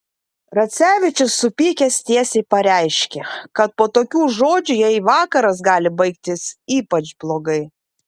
racevičius supykęs tiesiai pareiškė kad po tokių žodžių jai vakaras gali baigtis ypač blogai